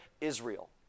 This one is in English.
Israel